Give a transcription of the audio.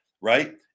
right